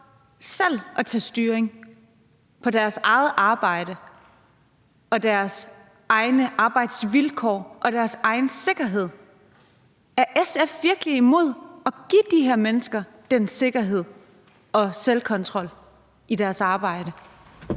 selv at tage styring over deres eget arbejde, deres egne arbejdsvilkår og deres egen sikkerhed. Er SF virkelig imod at give de her mennesker den sikkerhed og selvkontrol i deres arbejde?